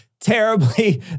terribly